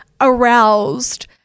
aroused